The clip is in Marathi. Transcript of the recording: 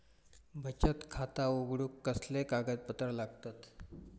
बचत खाता उघडूक कसले कागदपत्र लागतत?